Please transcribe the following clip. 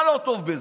מה לא טוב בזה,